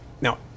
Now